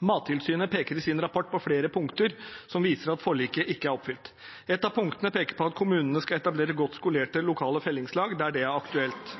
Mattilsynet peker i sin rapport på flere punkter som viser at forliket ikke er oppfylt. Et av punktene peker på at kommunene skal etablere godt skolerte, lokale fellingslag der det er aktuelt.